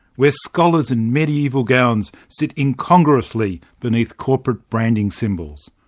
where scholars in medieval gowns sit incongruously beneath corporate branding symbols.